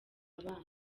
abana